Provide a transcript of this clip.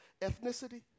ethnicity